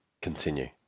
continue